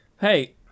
Hey